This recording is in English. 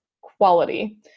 quality